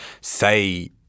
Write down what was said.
say